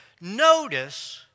notice